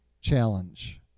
challenge